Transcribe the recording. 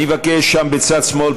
אני אבקש שם בצד שמאל,